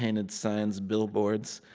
painted signs, billboards,